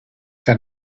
then